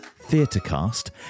Theatrecast